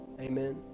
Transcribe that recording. Amen